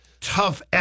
tough